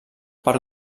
per